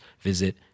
visit